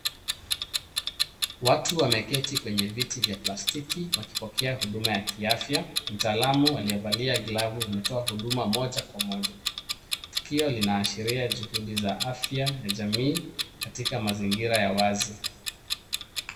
Watu wameketi kwenye viti vya plastiki wakipokea huduma ya kiafya. Mtalaam aliyevalia glavu kutoa huduma moja kwa moja. Tukio linaashiria juhudi za afya ya jamii katika mazingira ya wazi.